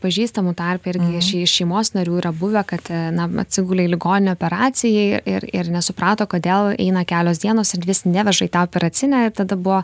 pažįstamų tarpe irgi iš iš šeimos narių yra buvę kad na atsigulė į ligoninę operacijai ir ir nesuprato kodėl eina kelios dienos ir vis neveža į tą operacinę ir tada buvo